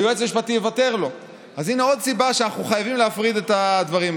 האם אתה מוותר או מבקש להצביע על ההסתייגות?